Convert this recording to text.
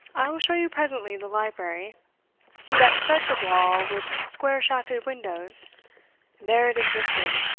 i will show you presently the library see that stretch of wall with square-shafted windows there it existed,